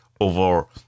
over